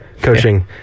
coaching